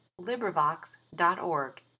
Librivox.org